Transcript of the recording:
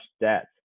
debt